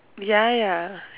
ya ya